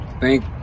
thank